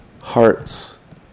hearts